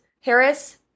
Harris